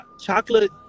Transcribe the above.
chocolate